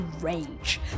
rage